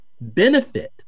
benefit